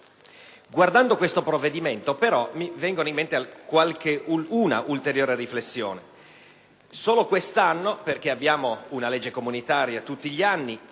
però questo provvedimento mi viene in mente un'ulteriore riflessione. Solo quest'anno - perché abbiamo una legge comunitaria tutti gli anni